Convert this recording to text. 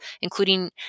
including